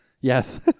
Yes